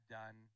done